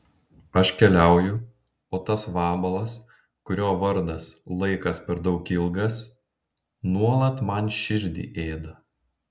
aš keliauju o tas vabalas kurio vardas laikas per daug ilgas nuolat man širdį ėda